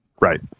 Right